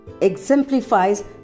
exemplifies